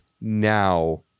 now